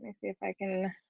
and see if i can